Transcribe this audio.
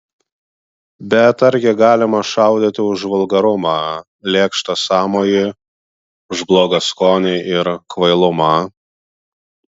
bet argi galima šaudyti už vulgarumą lėkštą sąmojį už blogą skonį ir kvailumą